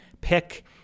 pick